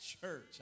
Church